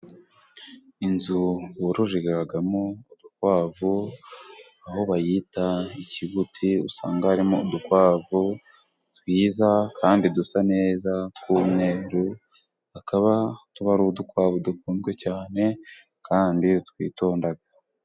Inzu bororeramo urukwavu, aho bayita ikibuti, usanga harimo udukwavu twiza, kandi dusa neza ku tw'umweru, akaba tuba ari udukwavu dukunzwe cyane, kandi twitonda.